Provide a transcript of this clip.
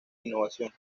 innovación